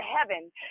heaven